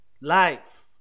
life